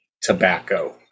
tobacco